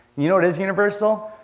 you know what is universal?